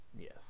Yes